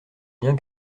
bien